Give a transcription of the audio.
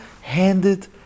handed